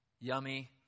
yummy